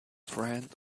friend